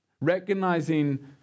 recognizing